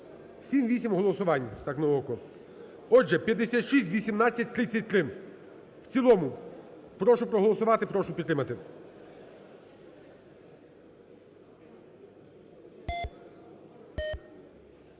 7-8 голосувань так на око. Отже, 5618-33 в цілому. Прошу проголосувати, прошу підтримати.